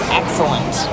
excellent